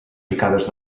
picades